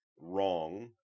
wrong